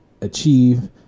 achieve